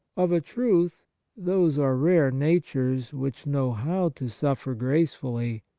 of a truth those are. rare natures which know how to suffer grace fully,